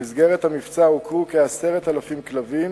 במסגרת המבצע עוקרו כ-10,000 כלבים.